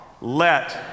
Let